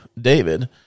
David